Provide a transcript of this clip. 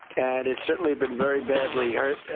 and it's certainly been very badly hurt.